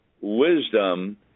wisdom